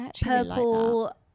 purple